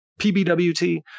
PBWT